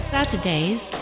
Saturdays